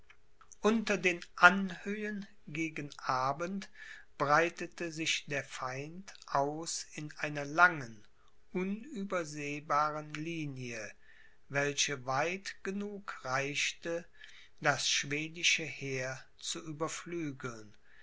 unter den anhöhen gegen abend breitete sich der feind aus in einer langen unübersehbaren linie welche weit genug reichte das schwedische heer zu